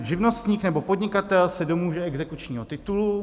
Živnostník nebo podnikatel se domůže exekučního titulu.